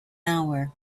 hour